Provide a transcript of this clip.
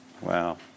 wow